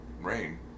Rain